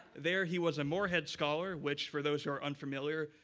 there he was a morehead scholar, which for those who are unfamiliar,